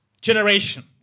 Generation